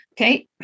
Okay